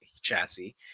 chassis